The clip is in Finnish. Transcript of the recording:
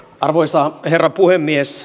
arvoisa herra puhemies